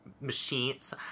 machines